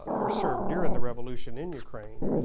or served during the revolution in ukraine,